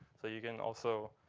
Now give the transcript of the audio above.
so you can also